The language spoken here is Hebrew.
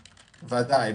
בוודאי.